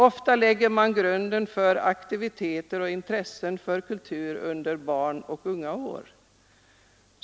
Ofta läggs grunden till intresse för kulturaktiviteter under barnoch ungdomsåren.